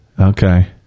Okay